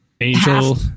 Angel